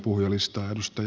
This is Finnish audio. arvoisa puhemies